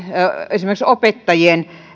esimerkiksi opettajien